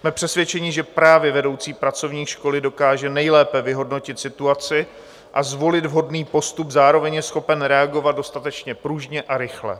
Jsme přesvědčeni, že právě vedoucí pracovník školy dokáže nejlépe vyhodnotit situaci a zvolit vhodný postup, zároveň je schopen reagovat dostatečně pružně a rychle.